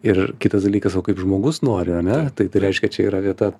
ir kitas dalykas o kaip žmogus nori ar ne tai reiškia čia yra vieta